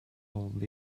hold